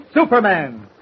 Superman